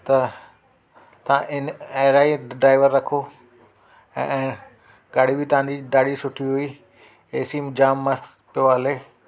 त तव्हां इन अहिड़ा ई ड्राइवर रखो ऐं गाॾी बि तव्हांजी ॾाढी सुठी हुई एसी बि जाम मस्तु पियो हले